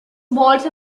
wollte